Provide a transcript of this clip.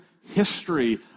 history